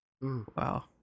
Wow